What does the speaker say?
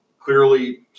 clearly